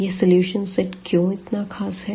यह solution set क्यों इतना खास है